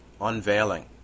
unveiling